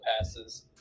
passes